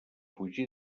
fugir